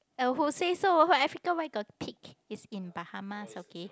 (uh)who say so Africa where got pig it's in Bahamas okay